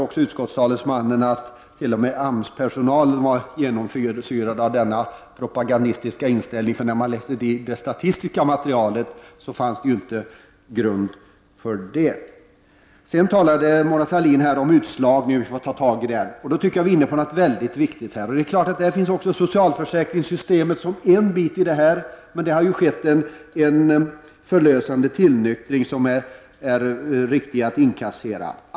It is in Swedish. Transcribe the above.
Också utskottets talesman sade här att t.o.m. AMS-personalen var genomsyrad av denna propagandis tiska inställning. När man läser det statistiska materialet ser man att det inte fanns grund för en sådan inställning. Mona Sahlin talade om att vi måste ta tag i problemen när det gäller utslagningen. Vi är här inne på något mycket viktigt. Självfallet är socialförsäkringssystemet en del i detta, men det har skett en förlösande tillnyktring som kan inkasseras.